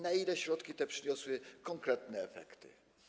Na ile środki te przyniosły konkretne efekty?